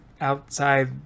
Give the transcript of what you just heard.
outside